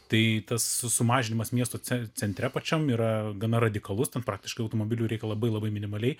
tai tas su sumažinimas miesto cen centre pačiam yra gana radikalus tam praktiškai automobilių reikia labai labai minimaliai